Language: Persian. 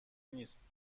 نیست